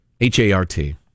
H-A-R-T